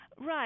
Right